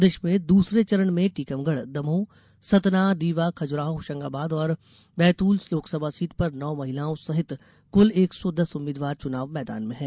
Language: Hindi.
प्रदेष में दूसरे चरण में टीकमगढ़ दमोह सतना रीवा खजुराहो होषंगाबाद और बैतूल लोकसभा सीटों पर नौ महलाओं सहित कुल एक सौ दस उम्मीदवार चुनाव मैदान में हैं